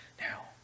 Now